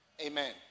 Amen